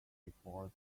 before